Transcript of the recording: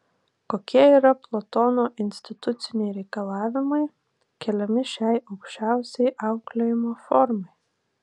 kokie yra platono instituciniai reikalavimai keliami šiai aukščiausiai auklėjimo formai